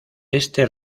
este